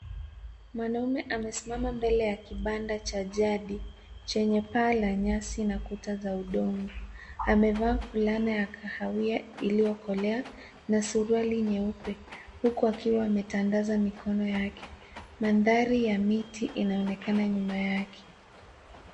Mwanaume amesimama mbele ya kibanda cha jadi chenye paa la nyasi na kuta za udongo. Amevaa fulana ya kahawia iliyokolea na suruali nyeupe huku akiwa ametandaza mikono yake. Mandhari ya miti inaonekana nyuma yake.